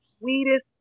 sweetest